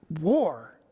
war